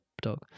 dog